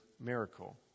miracle